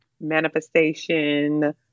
manifestation